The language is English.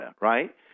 right